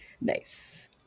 Nice